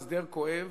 הסדר כואב,